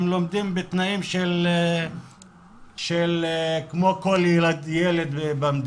הם לומדים בתנאים כמו כל ילד במדינה,